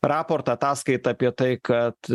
raportą ataskaitą apie tai kad